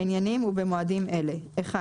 בעניינים ובמועדים אלה: (1)